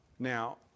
Now